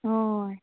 हय